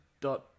dot